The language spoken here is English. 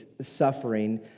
suffering